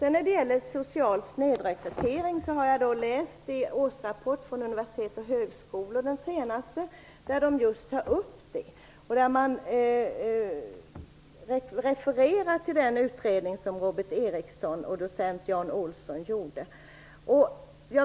Social snedrekrytering tas upp i den senaste årsrapporten från universitet och högskolor. Man refererar där till den utredning som Robert Erikson och Jan O. Jonsson gjorde.